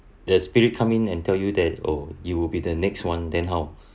the spirit come in and tell you that oh you will be the next [one] then how